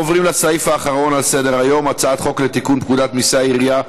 30 בעד, 24 נגד.